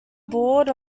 board